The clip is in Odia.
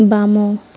ବାମ